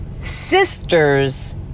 sister's